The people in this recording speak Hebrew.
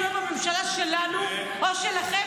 גם לא בממשלה שלנו או שלכם,